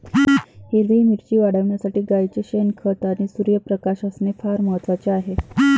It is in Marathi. हिरवी मिरची वाढविण्यासाठी गाईचे शेण, खत आणि सूर्यप्रकाश असणे फार महत्वाचे आहे